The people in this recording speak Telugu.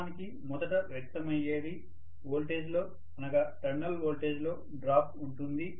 వాస్తవానికి మొదట వ్యక్తమయ్యేది వోల్టేజ్లో టెర్మినల్ వోల్టేజ్లో డ్రాప్ ఉంటుంది